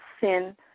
sin